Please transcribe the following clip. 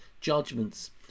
judgments